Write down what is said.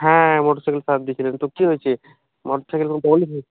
হ্যাঁ motorcycle সারাতে দিয়েছিলেন তো কী হয়েছে মোটর সাইকেল কোনো প্রবলেম হয়েছে